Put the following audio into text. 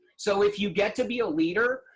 so if you get to be a leader,